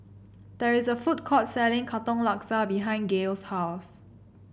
there is a food court selling Katong Laksa behind Gail's house